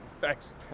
Thanks